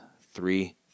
three